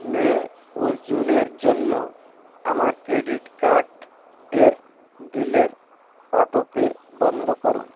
মে ও জুনের জন্য আমার ক্রেডিট কার্ড এর বিলের অটোপে বন্ধ করুন